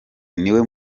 niwe